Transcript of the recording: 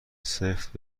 سفت